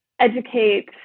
educate